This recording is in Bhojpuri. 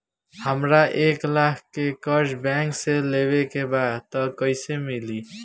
हमरा एक लाख के कर्जा बैंक से लेवे के बा त कईसे मिली?